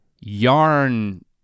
yarn